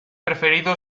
preferido